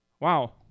Wow